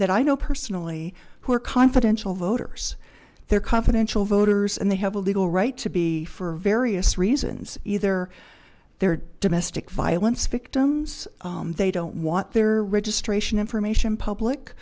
that i know personally who are confidential voters they're confidential voters and they have a legal right to be for various reasons either their domestic violence victims they don't want their registration information public